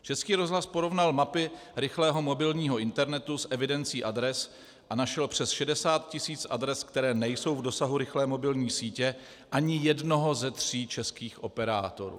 Český rozhlas porovnal mapy rychlého mobilního internetu s evidencí adres a našel přes 60 tisíc adres, které nejsou v dosahu rychlé mobilní sítě ani jednoho ze tří českých operátorů.